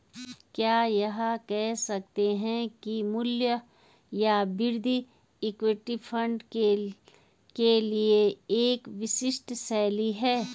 क्या यह कह सकते हैं कि मूल्य या वृद्धि इक्विटी फंड के लिए एक विशिष्ट शैली है?